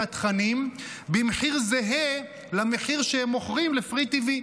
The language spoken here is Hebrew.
התכנים במחיר זהה למחיר שהם מוכרים ל-FreeTV.